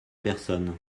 personnes